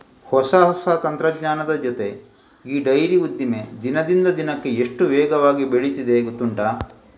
ಹೊಸ ಹೊಸ ತಂತ್ರಜ್ಞಾನದ ಜೊತೆ ಈ ಡೈರಿ ಉದ್ದಿಮೆ ದಿನದಿಂದ ದಿನಕ್ಕೆ ಎಷ್ಟು ವೇಗವಾಗಿ ಬೆಳೀತಿದೆ ಗೊತ್ತುಂಟಾ